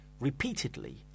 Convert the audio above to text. Repeatedly